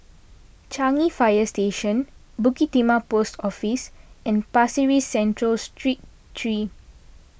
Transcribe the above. Changi Fire Station Bukit Timah Post Office and Pasir Ris Central Street three